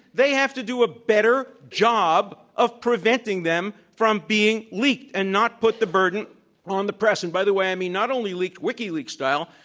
they have to do a better job of preventing them from being leaked and not put the burden on the press. and by the way, i mean not only leaked wikileaks style,